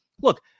look